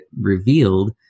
revealed